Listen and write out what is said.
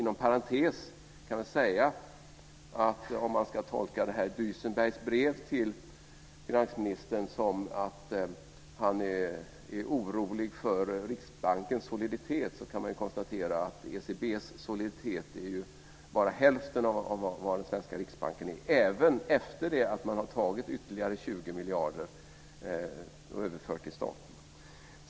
Inom parentes kan vi väl säga att om man ska tolka Duisenbergs brev till finansministern så att han är orolig för Riksbankens soliditet, kan man konstatera att ECB:s soliditet bara är hälften av den svenska riksbankens även efter det att man har tagit ytterligare 20 miljarder och överfört till staten.